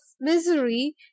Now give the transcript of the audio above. misery